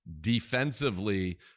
Defensively